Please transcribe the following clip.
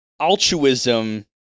altruism